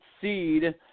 seed